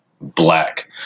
black